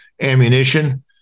ammunition